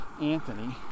Anthony